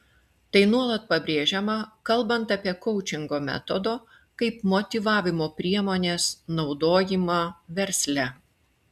tai nuolat pabrėžiama kalbant apie koučingo metodo kaip motyvavimo priemonės naudojimą versle